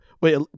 wait